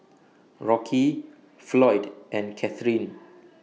Rocky Floyd and Kathrine